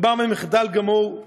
מדובר במחדל גמור.